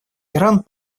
иран